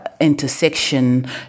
intersection